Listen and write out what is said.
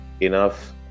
enough